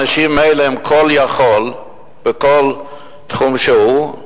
האנשים האלה הם כול-יכול בכל תחום שהוא,